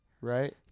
right